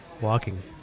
walking